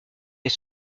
est